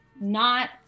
not-